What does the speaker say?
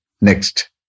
Next